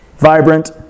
vibrant